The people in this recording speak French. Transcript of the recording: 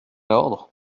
ordre